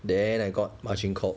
then I got margin called